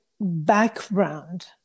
background